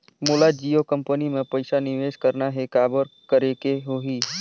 मोला जियो कंपनी मां पइसा निवेश करना हे, काबर करेके होही?